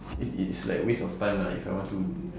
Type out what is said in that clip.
it's it's like waste of time lah if I want to